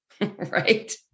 Right